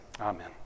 Amen